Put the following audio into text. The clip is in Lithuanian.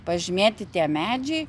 pažymėti tie medžiai